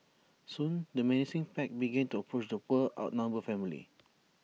soon the menacing pack began to approach the poor outnumbered family